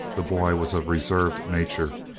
the boy was of reserved nature,